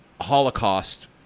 Holocaust